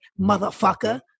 motherfucker